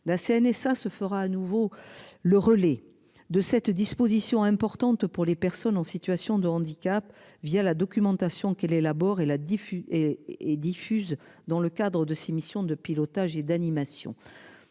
la CNSA se fera à nouveau le relais de cette disposition importante pour les personnes en situation de handicap via la documentation qu'elle élabore et la diffus et diffuse dans le cadre de ses missions de pilotage et d'animation.